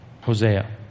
Hosea